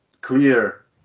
clear